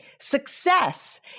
Success